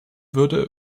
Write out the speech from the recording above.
würde